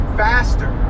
faster